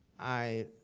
i,